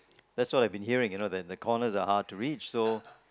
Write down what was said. that's all I've been hearing you know the the corners are hard to reach so